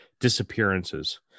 disappearances